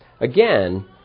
Again